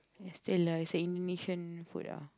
estella is an Indonesian food ah